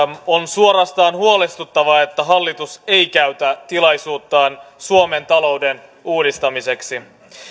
on suorastaan huolestuttavaa että hallitus ei käytä tilaisuuttaan suomen talouden uudistamiseksi